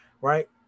right